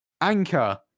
Anchor